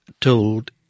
told